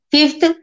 Fifth